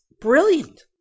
brilliant